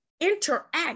interact